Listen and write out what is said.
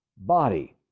body